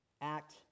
act